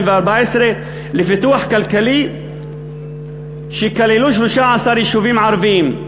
לפיתוח כלכלי שתכלול 13 יישובים ערביים.